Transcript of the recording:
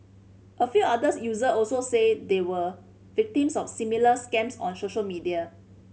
a few others user also said they were victims of similar scams on social media